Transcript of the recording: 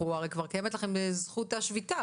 הרי כבר קיימת לכם זכות השביתה.